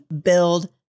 build